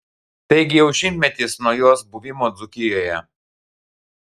taigi jau šimtmetis nuo jos buvimo dzūkijoje